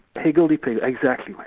higgledy-piggledy, exactly, like